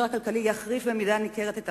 הכלכלי יחריף את המצב במידה ניכרת: